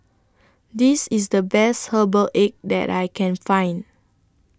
This IS The Best Herbal Egg that I Can Find